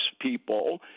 people